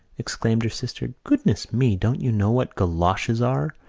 exclaimed her sister goodness me, don't you know what goloshes are?